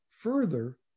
Further